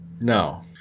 No